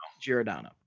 Giordano